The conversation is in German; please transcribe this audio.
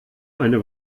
eine